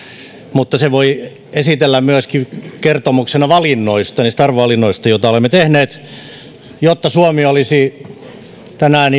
mutta sen voi esitellä myöskin kertomuksena valinnoista niistä arvovalinnoista joita olemme tehneet jotta suomi olisi tänään